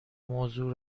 موضوع